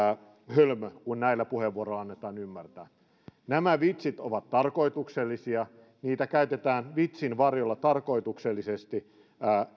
hölmö kuin näillä puheenvuoroilla annetaan ymmärtää nämä vitsit ovat tarkoituksellisia niitä käytetään vitsin varjolla tarkoituksellisesti